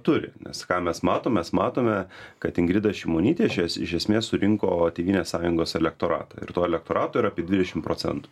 turi nes ką mes matom mes matome kad ingrida šimonytė iš es iš esmės surinko tėvynės sąjungos elektoratą ir to elektorato yra apie dvidešim procentų